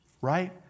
Right